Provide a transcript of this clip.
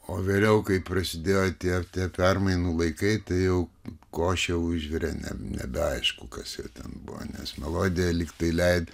o vėliau kai prasidėjo tie permainų laikai tai jau košę užvirė nebeaišku kas ir ten buvo nes melodiją lyg tai leido